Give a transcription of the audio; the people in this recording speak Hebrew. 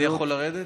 אני יכול לרדת?